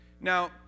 Now